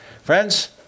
Friends